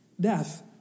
Death